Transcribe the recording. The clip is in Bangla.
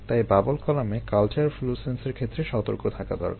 তাই বাবল কলামে কালচার ফ্লুরোসেন্সের ক্ষেত্রে সতর্ক থাকা দরকার